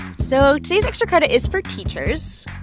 so today's extra credit is for teachers.